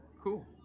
Cool